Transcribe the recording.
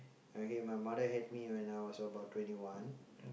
okay my mother had me when I was about twenty one